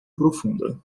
profunda